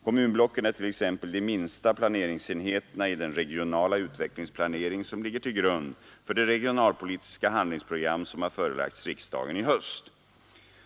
Kommunblocken är t.ex. de minsta planeringsenheterna i den regionala utvecklingsplanering som ligger till grund för det regionalpolitiska handlingsprogram, som har förelagts riksdagen i höst .